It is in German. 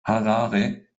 harare